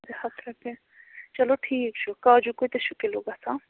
زٕ ہَتھ رۄپیہِ چلو ٹھیٖک چھُ کاجوٗ کۭتِس چھُ کِلوٗ گژھان